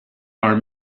are